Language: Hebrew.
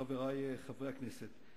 חברי חברי הכנסת,